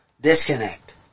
disconnect